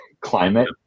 climate